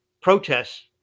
protests